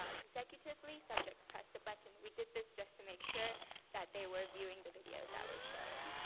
ah consecutively, subjects pressed the button. we did this just to make sure that they were viewing the videos that were showing.